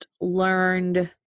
learned